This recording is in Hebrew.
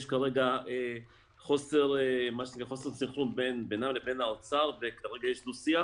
כרגע חוסר סנכרון בינם לבין האוצר וכרגע יש דו שיח